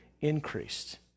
increased